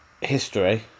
history